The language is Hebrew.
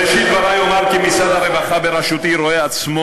בראשית דברי אומר כי משרד הרווחה בראשותי רואה עצמו